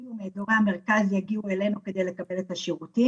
שאפילו מאזור המרכז יגיעו אלינו על מנת לקבל את כל השירותים.